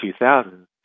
2000s